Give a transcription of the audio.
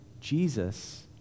Jesus